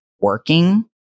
working